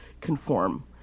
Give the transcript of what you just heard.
conform